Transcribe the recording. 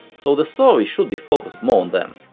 so the story should be focused more on them.